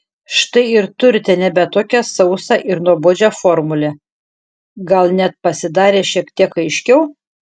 štai ir turite nebe tokią sausą ir nuobodžią formulę gal net pasidarė šiek tiek aiškiau